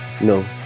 no